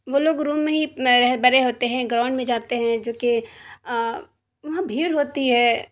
وہ لوگ روم میں ہی بڑے ہوتے ہیں گراؤنڈ میں جاتے ہیں جو کہ وہاں بھیڑ ہوتی ہے